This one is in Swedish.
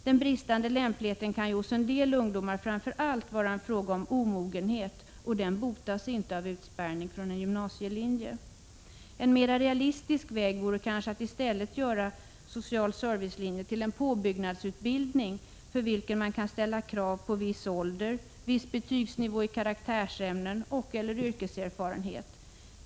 Den bristande lämpligheten kan ju hos en del ungdomar framför allt vara en fråga om omogenhet, och den botas inte av utspärrning från en gymnasielinje. En mera realistisk väg vore kanske att i stället göra sociala servicelinjen till en påbyggnadsutbildning för vilken man kan ställa krav på viss ålder, viss betygsnivå i karaktärsämnen och/eller yrkeserfarenhet.